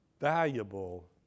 valuable